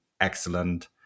excellent